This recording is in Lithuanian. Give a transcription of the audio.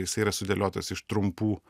jisai yra sudėliotas iš trumpų